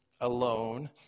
alone